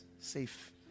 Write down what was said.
Safe